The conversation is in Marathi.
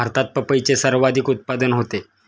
भारतात पपईचे सर्वाधिक उत्पादन होते